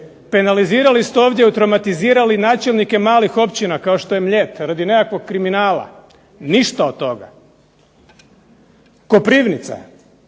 penalizirali ste ovdje, traumatizirali načelnike malih općina kao što je Mljet, radi nekakvog kriminala. Ništa od toga. Koprivnica.